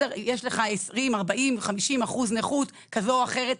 יש לך 20%, 40%, 50% נכות כזו או אחרת?